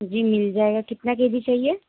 جی مل جائے گا کتنا کے جی چاہیے